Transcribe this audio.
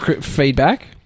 feedback